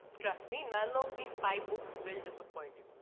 trust me, none of these five books will disappoint you.